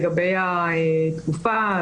לגבי התקופה,